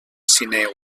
sineu